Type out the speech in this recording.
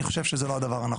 אני חושב שזה לא הדבר נכון.